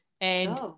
and-